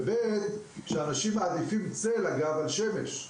אנשים מעדיפים צל על שמש.